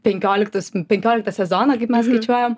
penkioliktus penkioliktą sezoną kaip mes skaičiuojam